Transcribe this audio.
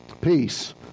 peace